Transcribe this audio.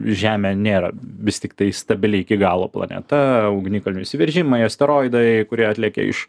žemė nėra vis tiktai stabili iki galo planeta ugnikalnių išsiveržimai asteroidai kurie atlekia iš